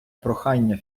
прохання